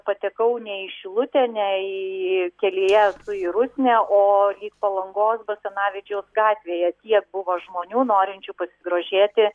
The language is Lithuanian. patekau ne į šilutę ne įįį kelyje esu į rusnę oo palangos basanavičiaus gatvėje tiek buvo žmonių norinčių pasigrožėti